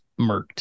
murked